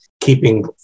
keeping